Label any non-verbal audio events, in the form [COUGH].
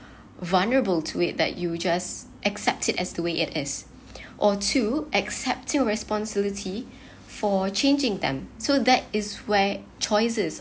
vulnerable to it that you just accept it as to way it is [BREATH] or two accepting responsibility [BREATH] for changing them so that is where choices